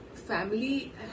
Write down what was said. family